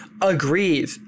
Agreed